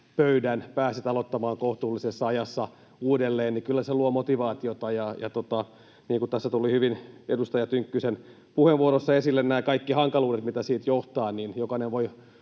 pöydän, pääset aloittamaan kohtuullisessa ajassa uudelleen, kyllä luo motivaatiota. Niin kuin tässä tulivat hyvin edustaja Tynkkysen puheenvuorossa esille nämä kaikki hankaluudet, mitä siitä johtaa, niin jokainen voi